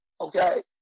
Okay